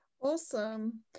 awesome